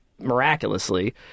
miraculously